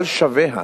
אבל שביה,